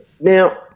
Now